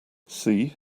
see